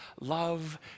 love